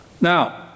Now